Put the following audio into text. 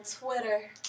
Twitter